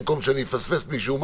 במקום שאפספס מישהו,